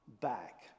back